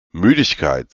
müdigkeit